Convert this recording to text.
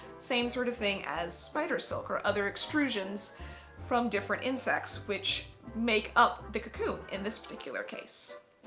same sort of thing as spider silk or other extrusions from different insects which make up the cocoon in this particular case.